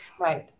right